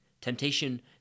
Temptation